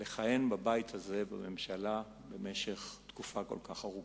לכהן בבית הזה, ובממשלה, במשך תקופה כל כך ארוכה.